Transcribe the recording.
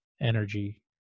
energy